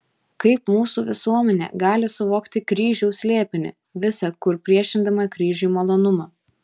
kaip mūsų visuomenė gali suvokti kryžiaus slėpinį visa kur priešindama kryžiui malonumą